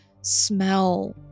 smell